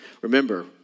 Remember